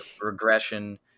regression